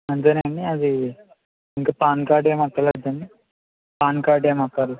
అంతేనండి అది ఇంకా పాన్ కార్డు ఏం అక్కర్లేదా అండి పాన్ కార్డు ఏం అక్కర్లే